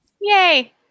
Yay